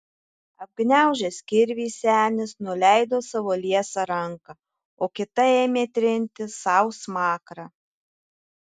apgniaužęs kirvį senis nuleido savo liesą ranką o kita ėmė trinti sau smakrą